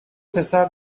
پسر